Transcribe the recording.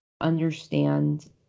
understand